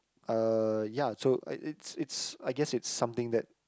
uh ya so I it's it's it's I guess it's something that